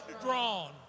drawn